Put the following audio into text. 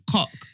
Cock